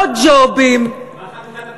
לא ג'ובים, מה חלוקת התיקים?